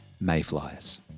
Mayflies